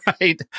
right